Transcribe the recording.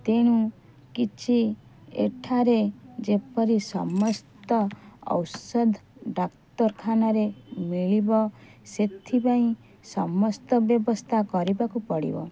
ତେଣୁ କିଛି ଏଠାରେ ଯେପରି ସମସ୍ତ ଔଷଧ ଡାକ୍ତରଖାନାରେ ମିଳିବ ସେଥିପାଇଁ ସମସ୍ତ ବ୍ୟବସ୍ଥା କରିବାକୁ ପଡ଼ିବ